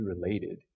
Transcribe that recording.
related